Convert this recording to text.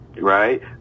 Right